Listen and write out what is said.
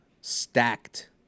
stacked